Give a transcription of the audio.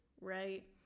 right